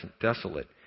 desolate